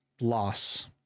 loss